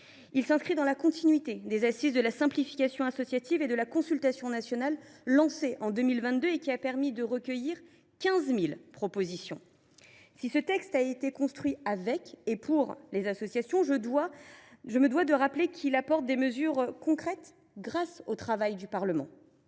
Elle s’inscrit dans la continuité des Assises de la simplification associative et de la consultation nationale lancée en 2022, qui a permis de recueillir 15 000 propositions. Si ce texte a été conçu avec et pour les associations, je me dois de rappeler qu’il comporte des mesures concrètes grâce au travail du Parlement.